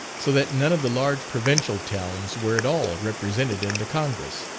so that none of the large provincial towns were at all represented in the congress,